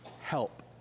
help